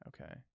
Okay